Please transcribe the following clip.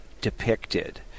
depicted